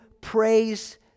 praise